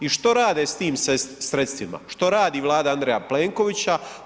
I što rade s tim sredstvima, što radi Vlada Andreja Plenkovića?